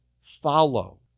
follow